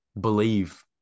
believe